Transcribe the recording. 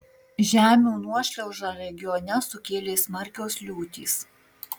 žemių nuošliaužą regione sukėlė smarkios liūtys